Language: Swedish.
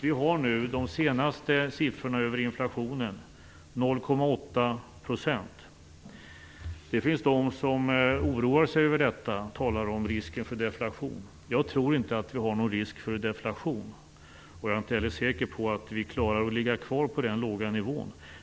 Vi har nu de senaste siffrorna över inflationen: 0,8 %. Det finns de som oroar sig över detta, och talar om risken för deflation. Jag tror inte att vi har någon risk för deflation, och jag är inte heller säker på att vi klarar av att ligga kvar på denna låga nivå.